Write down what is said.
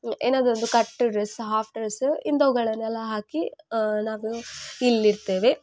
ಏನಾದರು ಒಂದು cut dress half dress ಇಂಥವುಗಳನ್ನೆಲ್ಲ ಹಾಕಿ ನಾವು ಇಲ್ಲಿರ್ತೇವೆ